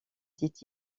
dit